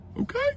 okay